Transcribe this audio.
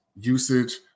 Usage